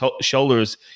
shoulders